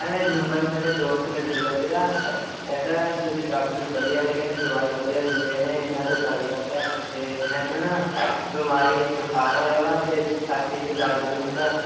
ma'am ਇਹ number ਮੇਰੇ ਦੋਸਤ ਨੇ ਦਿੱਤਾ ਸੀਗਾ ਕਹਿੰਦਾ ਤੁਸੀਂ ਡਾਕਟਰ ਵਧੀਆ ਹੈਗੇ ਦਵਾਈ ਵਧੀਆ ਦਿੰਦੇ ਨੇ ਇਹਨਾਂ ਤੋਂ ਗੱਲ ਕਰ ਲੈ ਅਤੇ ਮੈਨੂੰ ਨਾ ਬਿਮਾਰੀ ਬੁਖਾਰ ਹੋਇਆ ਵਾ ਅਤੇ ਛਾਤੀ 'ਚ ਦਰਦ ਵੀ ਹੁੰਦਾ